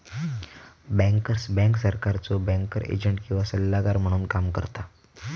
bankers bank सरकारचो banker agent किंवा सल्लागार म्हणून काम करता